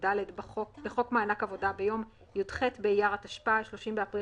18כד בחוק מענק עבודה ביום י"ח באייר התשפ"א (30 באפריל